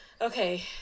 Okay